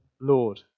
Lord